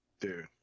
Dude